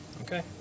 Okay